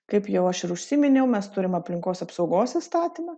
kaip jau aš ir užsiminiau mes turim aplinkos apsaugos įstatymą